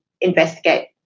investigate